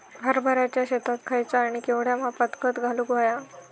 हरभराच्या शेतात खयचा आणि केवढया मापात खत घालुक व्हया?